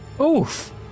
Oof